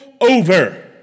over